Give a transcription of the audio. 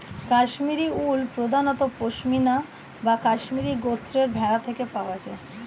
Kashmiri wool প্রধানত পশমিনা বা কাশ্মীরি গোত্রের ভেড়া থেকে পাওয়া যায়